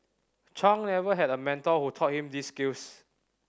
Chung never had a mentor who taught him these skills